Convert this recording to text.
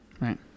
Right